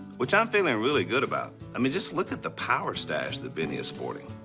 which i'm feeling really good about. i mean just look at the power stache that vinnie is sporting.